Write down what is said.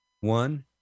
one